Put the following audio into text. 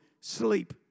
sleep